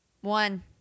One